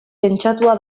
pentsatua